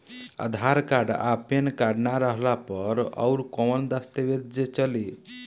आधार card आ PAN card ना रहला पर अउरकवन दस्तावेज चली?